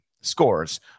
scores